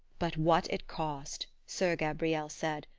but what it cost! soeur gabrielle said,